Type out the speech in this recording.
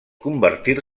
convertir